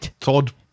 Todd